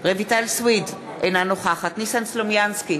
רויטל סויד, אינה נוכחת ניסן סלומינסקי,